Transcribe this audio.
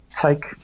take